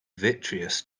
vitreous